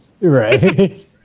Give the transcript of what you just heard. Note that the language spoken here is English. right